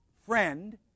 friend